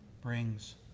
brings